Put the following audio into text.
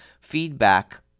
feedback